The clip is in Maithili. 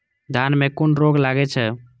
धान में कुन रोग लागे छै?